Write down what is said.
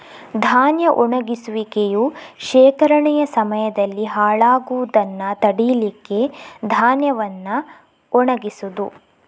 ಧಾನ್ಯ ಒಣಗಿಸುವಿಕೆಯು ಶೇಖರಣೆಯ ಸಮಯದಲ್ಲಿ ಹಾಳಾಗುದನ್ನ ತಡೀಲಿಕ್ಕೆ ಧಾನ್ಯವನ್ನ ಒಣಗಿಸುದು